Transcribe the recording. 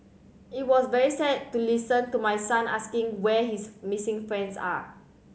it was very sad to listen to my son asking where his missing friends are